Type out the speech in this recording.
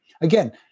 again